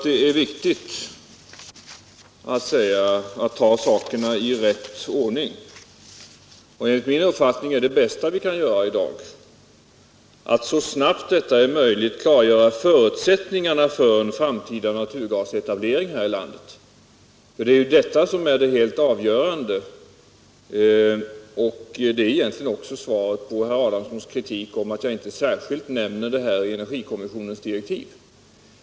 Det är viktigt att ta sakerna i rätt ordning, och enligt min uppfattning är det bästa vi kan göra i dag att så snabbt som möjligt klargöra förutsättningarna för en framtida naturgasetablering här i landet. Detta är helt avgörande och egentligen också svaret på herr Adamssons kritik av att jag inte särskilt nämner detta i energikommissionens direktiv.